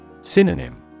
Synonym